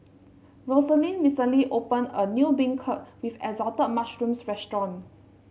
Rosalind recently opened a new beancurd with Assorted Mushrooms restaurant